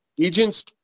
agents